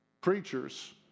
preachers